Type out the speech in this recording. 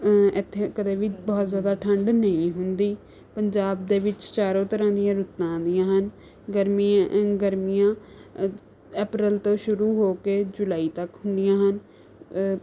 ਇੱਥੇ ਕਦੇ ਵੀ ਬਹੁਤ ਜ਼ਿਆਦਾ ਠੰਡ ਨਹੀਂ ਹੁੰਦੀ ਪੰਜਾਬ ਦੇ ਵਿੱਚ ਚਾਰੋਂ ਤਰ੍ਹਾਂ ਦੀਆਂ ਰੁੱਤਾਂ ਆਉਂਦੀਆਂ ਹਨ ਗਰਮੀ ਗਰਮੀਆਂ ਅਪ੍ਰੈਲ ਤੋਂ ਸ਼ੁਰੂ ਹੋ ਕੇ ਜੁਲਾਈ ਤੱਕ ਹੁੰਦੀਆਂ ਹਨ